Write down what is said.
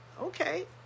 Okay